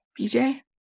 BJ